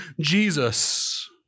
Jesus